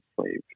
slave